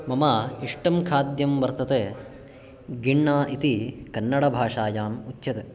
मम इष्टं खाद्यं वर्तते गिण्णा इति कन्नडभाषायाम् उच्यते